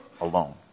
alone